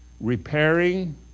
repairing